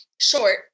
short